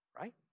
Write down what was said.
right